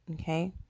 okay